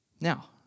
Now